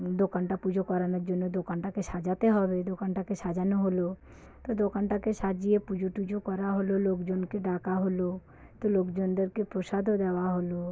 দোকানটা পুজো করানোর জন্য দোকানটাকে সাজাতে হবে দোকানটাকে সাজানো হলো তো দোকানটাকে সাজিয়ে পুজো টুজো করা হলো লোকজনকে ডাকা হলো তো লোকজনদেরকে প্রসাদও দেওয়া হলো